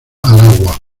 aragua